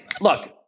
look